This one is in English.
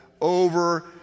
over